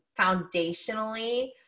foundationally